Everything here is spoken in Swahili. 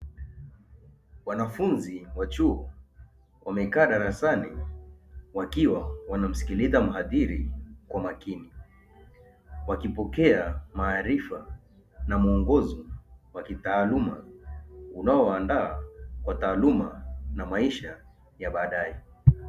Wanafunzi wa chuo wamekaa darasani wakiwa wanamsikiliza mhadhiri kwa makini, wakipokea maarifa na muongozo wa kitaaluma unaowaandaa kwa taaluma na maisha ya baadae.